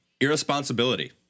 irresponsibility